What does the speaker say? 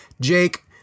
Jake